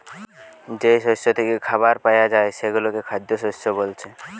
যেই শস্য থিকে খাবার পায়া যায় সেগুলো খাদ্যশস্য বোলছে